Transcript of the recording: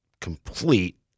complete